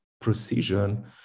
precision